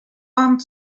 armed